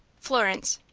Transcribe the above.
florence.